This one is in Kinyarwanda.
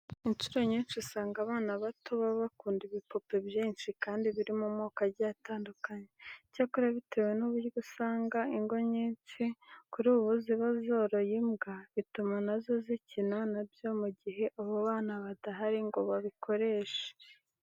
Incuro nyinshi usanga abana bato baba bakunda ibipupe byinshi kandi biri mu moko agiye atandukanye. Icyakora bitewe n'uburyo usanga ingo nyinshi kuri ubu ziba zoroye imbwa, bituma na zo zikina na byo mu gihe abo bana badahari ngo babikoreshe.